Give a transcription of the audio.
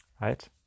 right